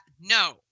no